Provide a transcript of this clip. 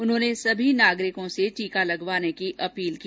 उन्होंने सभी नागरिकों से टीका लगवाने की अपील की